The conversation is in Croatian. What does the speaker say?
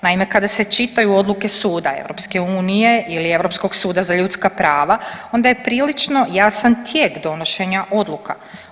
Naime, kada se čitaju odluke suda EU ili Europskog suda za ljudska prava onda je prilično jasan tijek donošenja odluka.